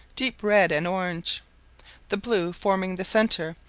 deep red, and orange the blue forming the centre,